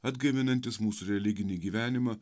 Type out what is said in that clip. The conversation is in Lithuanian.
atgaivinantis mūsų religinį gyvenimą